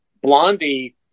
Blondie